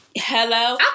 Hello